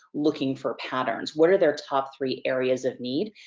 looking for patterns. what are their top three areas of need?